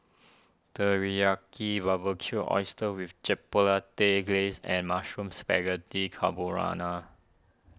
Teriyaki Barbecued Oysters with Chipotle Glaze and Mushroom Spaghetti Carbonara